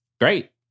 Great